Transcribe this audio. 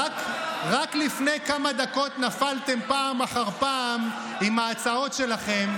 רק לפני כמה דקות נפלתם פעם אחר פעם עם ההצעות שלכם,